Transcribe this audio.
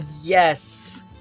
Yes